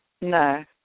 No